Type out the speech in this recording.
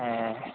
ए